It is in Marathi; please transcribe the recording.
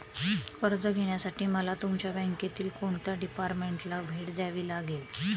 कर्ज घेण्यासाठी मला तुमच्या बँकेतील कोणत्या डिपार्टमेंटला भेट द्यावी लागेल?